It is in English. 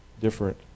different